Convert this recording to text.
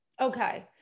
Okay